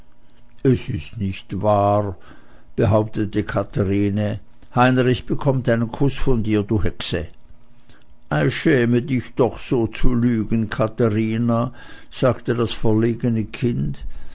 es ist nicht wahr behauptete katherine heinrich bekommt einen kuß von dir du hexe ei schäme dich doch so zu lügen katherine sagte das verlegene kind